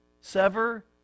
Sever